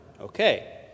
Okay